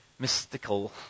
mystical